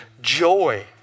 joy